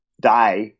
die